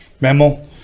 Memo